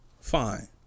fine